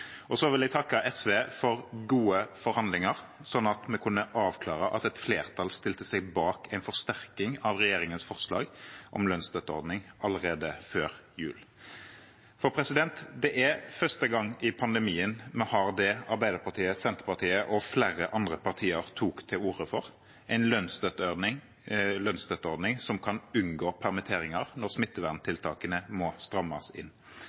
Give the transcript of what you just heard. vil jeg takke SV for gode forhandlinger, slik at vi kunne avklare at et flertall stilte seg bak en forsterking av regjeringens forslag om lønnsstøtteordning allerede før jul. Det er første gang i pandemien vi har det Arbeiderpartiet, Senterpartiet og flere andre partier tok til orde for – en lønnsstøtteordning som gjør at man kan unngå permitteringer når smitteverntiltakene må strammes inn,